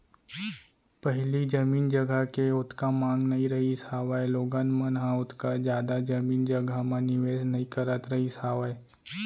पहिली जमीन जघा के ओतका मांग नइ रहिस हावय लोगन मन ह ओतका जादा जमीन जघा म निवेस नइ करत रहिस हावय